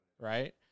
right